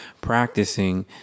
practicing